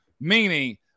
meaning